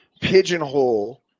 pigeonhole